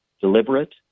deliberate